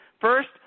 first